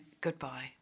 goodbye